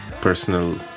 personal